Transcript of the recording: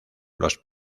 los